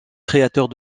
créateurs